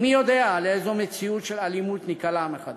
ומי יודע לאיזו מציאות של אלימות ניקלע מחדש.